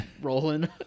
rolling